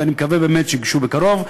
ואני מקווה באמת שיוגשו בקרוב.